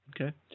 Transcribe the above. Okay